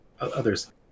others